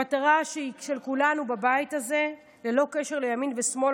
המטרה של כולנו בבית הזה ללא קשר לימין ושמאל,